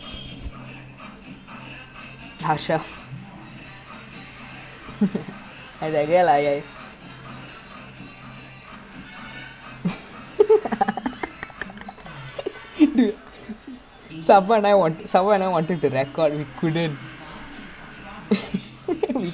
wait what were we talking about again before this oh ya she dude she really try so hard to be indian then the T_Y_K presentation பாத்தினா எதோ சப்ப மாரி:paathinaa etho sappa maari what is that legit why you try so hard like ya why all I never can't to see legit